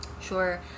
Sure